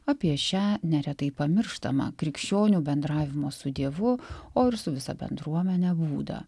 apie šią neretai pamirštamą krikščionių bendravimo su dievu o ir su visa bendruomene būdą